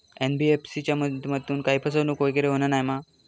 NBFC च्या माध्यमातून काही फसवणूक वगैरे होना नाय मा?